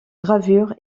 gravure